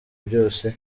byose